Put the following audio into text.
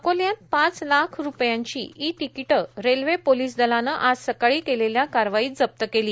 अकोल्यात पाच लाख रुपयांच्या इ तिकिट रेल्वे पोलिस दलाने आज सकाळी केलेल्या कारवाईत जप्त केले